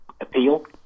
appeal